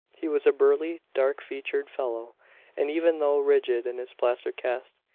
he was a burly, dark-featured fellow and even though rigid in his plaster cast,